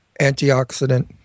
antioxidant